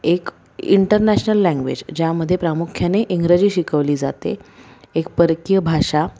एक international language ज्यामध्ये प्रामुख्याने इंग्रजी शिकवली जाते एक परकीय भाषा